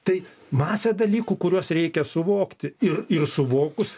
tai masė dalykų kuriuos reikia suvokti ir ir suvokus